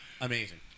Amazing